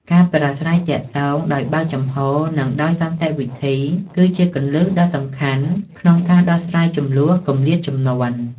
ការប្រាស្រ័យទាក់ទងដោយបើកចំហ និងដោយសន្តិវិធី គឺជាគន្លឹះដ៏សំខាន់ក្នុងការដោះស្រាយជម្លោះគម្លាតជំនាន់។